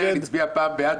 אלעזר שטרן הצביע הפעם בעד,